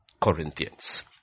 Corinthians